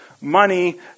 money